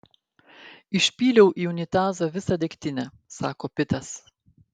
išpyliau į unitazą visą degtinę sako pitas